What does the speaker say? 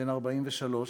בן 43,